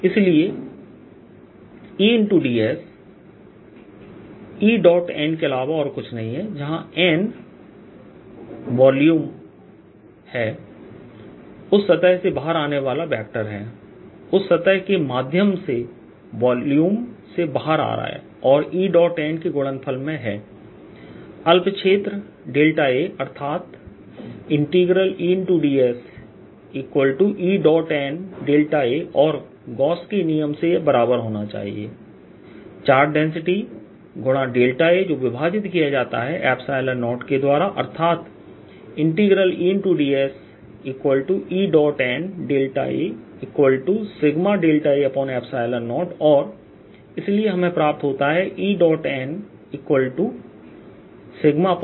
इसलिए Eds En के अलावा और कुछ नहीं है जहां n वॉल्यूम कि उस सतह से बाहर आने वाला वेक्टर है उस सतह के माध्यम से वॉल्यूम से बाहर आ रहा है और En के गुणनफल में है अल्प क्षेत्र a अर्थात EdsEn a और गॉस के नियम से यह बराबर होना चाहिए चार्ज डेंसिटी गुणा a जो विभाजित किया जाता है 0 के द्वारा अर्थात EdsEn aa0 और इसलिए हमें प्राप्त होता है En0